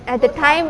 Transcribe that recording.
at the time